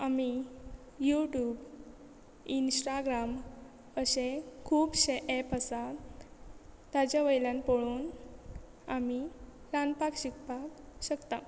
आमी YouTube Instagram अशे खुबशे एप आसात ताज्या वयल्यान पळोवन आमी रांदपाक शिकपाक शकता